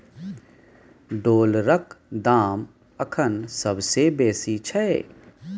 डॉलरक दाम अखन सबसे बेसी छै